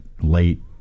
late